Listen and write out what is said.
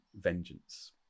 vengeance